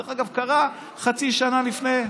דרך אגב, זה קרה חצי שנה לפני,